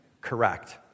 correct